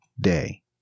day